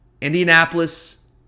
Indianapolis